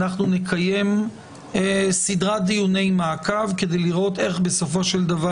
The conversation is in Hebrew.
נקיים סדרת דיוני מעקב כדי לראות איך בסופו של דבר